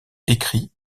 écrit